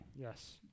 Yes